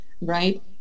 right